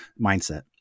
mindset